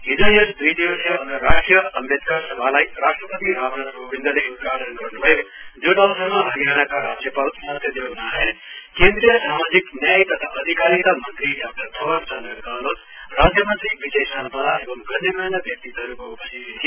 हिज यस दुई दिवसीय अन्तर्राष्ट्रीय अम्बेडकर सभालाई राष्ट्रपति रामनाथ कोविन्दले उदघाटन गर्नु भयो जुन अवसरमा हरियाणाका राज्यपाल सत्यदेव नारायण केन्द्रीय सामाजिक न्याय तथा अधिकारीता मन्त्री डाक्टर थावर चन्द गहलोत राज्यमन्त्री विजय सम्पला एवं गन्यमान्य व्यक्तित्वहरूको उपस्थिति थियो